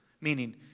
Meaning